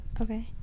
Okay